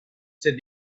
said